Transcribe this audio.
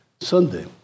Sunday